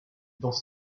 dans